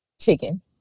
Chicken